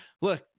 look